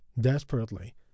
desperately